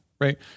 Right